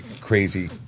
crazy